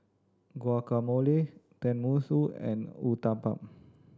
Guacamole Tenmusu and Uthapam